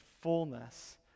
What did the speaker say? fullness